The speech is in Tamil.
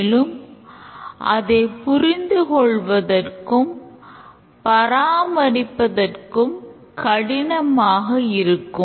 மேலும் அதைப் புரிந்து கொள்வதற்கும் பராமரிப்பதற்கும் கடினமாக இருக்கும்